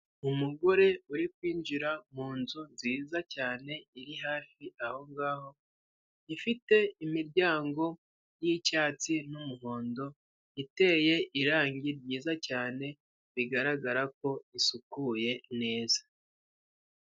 Umugore uri kwinjira munzu nziza cyane Ari hafi aho ngaho ifite imiryango y'icyatsi n'umuhondo, iteye iregi ryiza cyane bigaragarako isukuye neza.